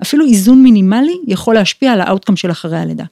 ‫אפילו איזון מינימלי יכול להשפיע ‫על האוטקאם של אחרי הלידה.